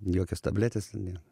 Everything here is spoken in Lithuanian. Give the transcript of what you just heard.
jokios tabletės ne